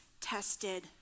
tested